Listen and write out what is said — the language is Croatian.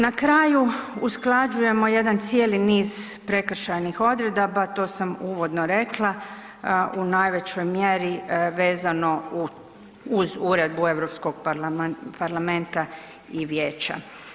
Na kraju, usklađujemo jedan cijeli niz prekršajnih odredaba, to sam uvodno rekla, u najvećoj mjeri vezano uz Uredbu EU parlamenta i vijeća.